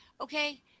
Okay